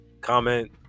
comment